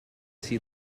see